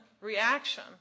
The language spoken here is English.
reaction